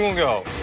go!